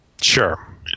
sure